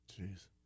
Jeez